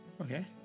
okay